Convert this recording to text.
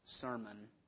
sermon